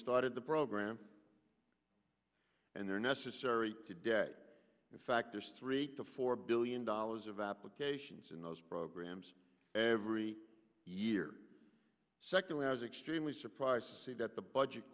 started the program and they're necessary today in fact there's three to four billion dollars of applications in those programs every year secondly i was extremely surprised to see that the budget